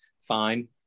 fine